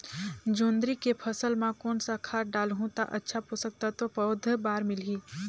जोंदरी के फसल मां कोन सा खाद डालहु ता अच्छा पोषक तत्व पौध बार मिलही?